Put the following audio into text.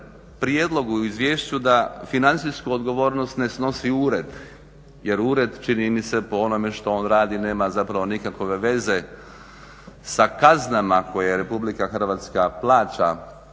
prijedlog u izvješću da financijsku odgovornost ne snosi ured jer ured čini mi se po onome što on radi nema zapravo nikakve veze sa kaznama koje Republika Hrvatska plaća,